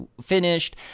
finished